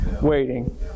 waiting